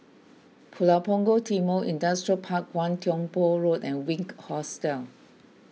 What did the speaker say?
Pulau Punggol Timor Industrial Park one Tiong Poh Road and Wink Hostel